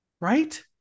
Right